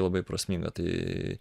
labai prasminga tai